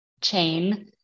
chain